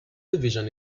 division